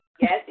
yes